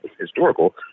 historical